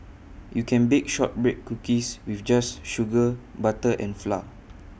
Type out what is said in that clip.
you can bake Shortbread Cookies just with sugar butter and flour